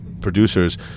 producers